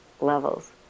levels